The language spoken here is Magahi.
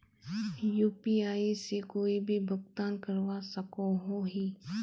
यु.पी.आई से कोई भी भुगतान करवा सकोहो ही?